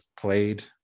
played